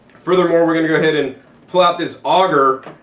furthermore, we're gonna go ahead and pull out this auger,